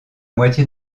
moitié